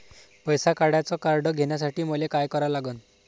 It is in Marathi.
पैसा काढ्याचं कार्ड घेण्यासाठी मले काय करा लागन?